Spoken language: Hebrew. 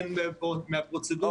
הן מהפרוצדורה,